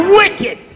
wicked